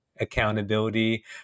accountability